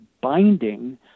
binding